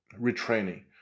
retraining